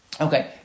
Okay